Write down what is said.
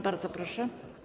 Bardzo proszę.